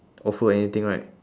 offer anything right